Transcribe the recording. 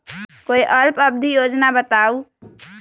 कोई अल्प अवधि योजना बताऊ?